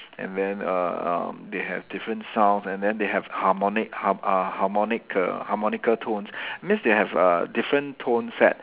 and then err um they have different sounds and then they have harmonic~ harm~ uh harmonica harmonica tones that means they have uh different tone set